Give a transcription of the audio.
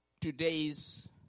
today's